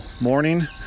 morning